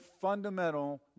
fundamental